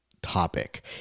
topic